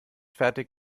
fertig